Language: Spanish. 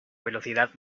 velocidad